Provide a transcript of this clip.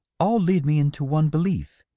all lead me into one belief.